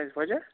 کیازِ وَجہ